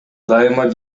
дайыма